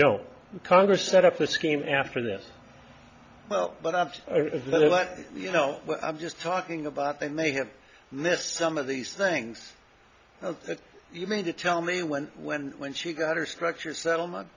no congress set up a scheme after that well but i'm sure you know what i'm just talking about they may have missed some of these things you mean to tell me when when when she got her structured settlement